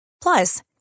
Plus